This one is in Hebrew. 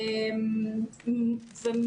(היו"ר תהלה פרידמן,